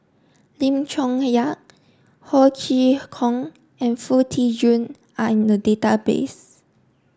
Lim Chong Yah Ho Chee Kong and Foo Tee Jun are in the database